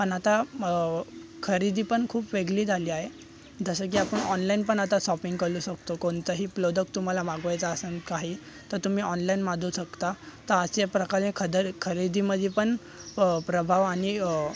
पण आता खरेदीपण खूप वेगळी झाली आहे जसं की आपण ऑनलाईन पण आता सॉपिंग करू शकतो कोणतंही प्लोडक्ट जो तुम्हाला मागवायचा आसंन काही तर तुम्ही ऑनलाईन मादू शकता तर असे प्रकारे खदर खरेदीमध्ये पण प्रभाव आणि